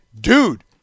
dude